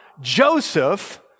Joseph